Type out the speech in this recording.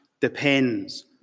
depends